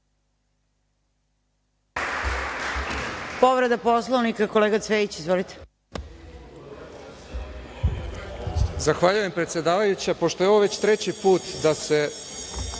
Povreda Poslovnika, kolega Cvejić. Izvolite.